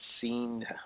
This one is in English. seen